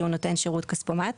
שהוא נותן שרות כספומט.